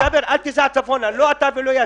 ג'אבר, אל תיסע צפונה, לא אתה ולא יאסר.